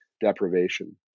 deprivation